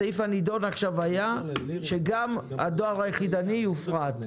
הסעיף הנידון עכשיו הוא שגם הדואר היחידני יופרט.